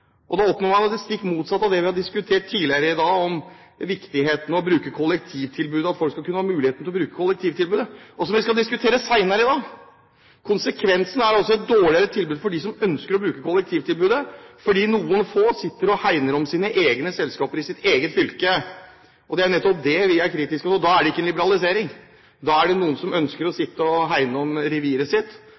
Da oppnår man jo det stikk motsatte av det vi har diskutert tidligere i dag: viktigheten av å bruke kollektivtilbudet, og at folk skal ha muligheten til å bruke kollektivtilbudet, og som vi skal diskutere senere i dag. Konsekvensen er altså et dårligere tilbud for dem som ønsker å bruke kollektivtilbudet, fordi noen få sitter og hegner om sine egne selskaper i sitt eget fylke. Det er jo nettopp det vi er kritiske til. Da er det ikke en liberalisering, da er det noen som ønsker å sitte og hegne om reviret sitt.